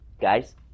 guys